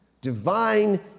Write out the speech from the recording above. Divine